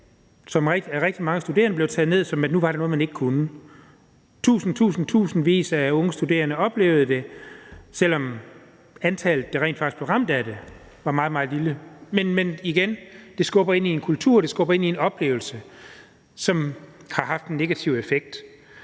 som af rigtig mange studerende blev taget ned, som at nu var der noget, man ikke kunne. Tusinde og atter tusinde af unge studerende oplevede det, selv om antallet, der rent faktisk blev ramt af det, var meget, meget lille. Men igen, det skubber ind i en kultur, det skubber ind i en oplevelse, som har haft en negativ effekt.